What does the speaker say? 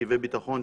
מרכיבי ביטחון,